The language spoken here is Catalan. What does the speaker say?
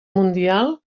mundial